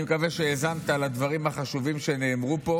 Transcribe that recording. אני מקווה שהאזנת לדברים החשובים שנאמרו פה.